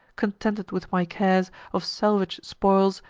contented with my cares of salvage spoils,